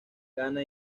ghana